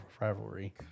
rivalry